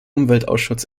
umweltausschuss